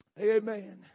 Amen